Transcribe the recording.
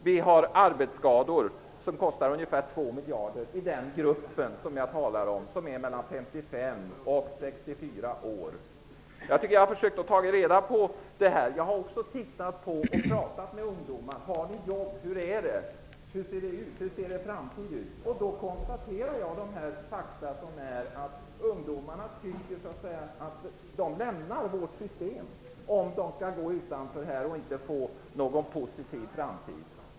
Arbetsskadorna kostar ungefär 2 Jag har även pratat med ungdomar och frågat: Har ni jobb? Hur ser er framtid ut? Jag kan då konstatera att ungdomarna lämnar vårt system, om de skall ställas utanför och inte få någon positiv framtid.